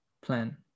plan